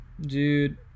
dude